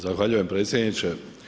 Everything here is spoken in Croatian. Zahvaljujem predsjedniče.